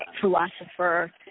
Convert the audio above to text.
philosopher